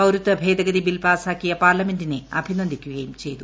പൌരത്വ ഭേദഗതി ബിൽ പാസാക്കിയ പാർലമെന്റിനെ അഭിനന്ദിക്കുകയും ചെയ്തു